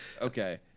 Okay